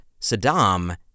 Saddam